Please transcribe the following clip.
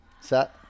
set